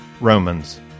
Romans